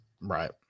Right